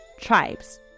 tribes